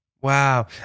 wow